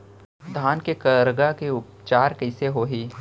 धान के करगा के उपचार कइसे होही?